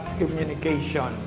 communication